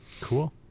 Cool